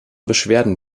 beschwerden